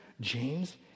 James